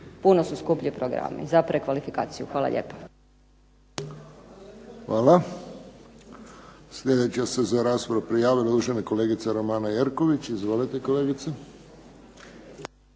Puno su skuplji programi za prekvalifikaciju. Hvala lijepa. **Friščić, Josip (HSS)** Hvala. Sljedeća se za raspravu prijavila uvažena kolegica Romana Jerković. Izvolite kolegice.